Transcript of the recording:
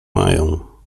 mają